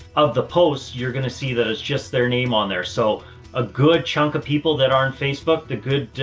of the posts, you're going to see those just their name on there. so a good chunk of people that aren't facebook, the good, ah,